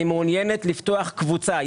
אני מעוניינת לפתוח קבוצה.